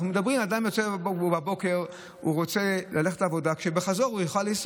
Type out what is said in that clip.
אדם יוצא בבוקר, הוא רוצה לנסוע לעבודה ולחזור.